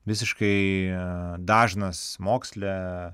visiškai dažnas moksle